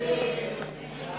הצעת